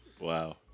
Wow